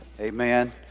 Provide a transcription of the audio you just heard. amen